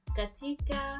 katika